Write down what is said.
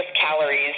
calories